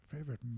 Favorite